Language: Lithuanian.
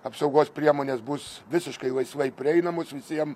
apsaugos priemonės bus visiškai laisvai prieinamos visiem